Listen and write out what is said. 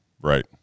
right